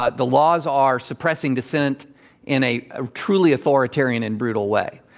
ah the laws are suppressing dissent in a ah truly authoritarian and brutal way.